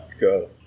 go